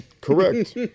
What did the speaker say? Correct